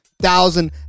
thousand